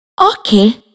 Okay